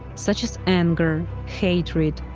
such as anger, hatred,